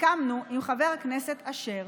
סיכמנו עם חבר הכנסת אשר